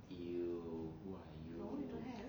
!eww! who are you